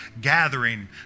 gathering